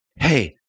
Hey